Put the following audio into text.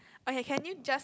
oh ya can you just